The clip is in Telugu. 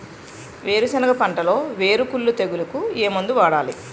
వేరుసెనగ పంటలో వేరుకుళ్ళు తెగులుకు ఏ మందు వాడాలి?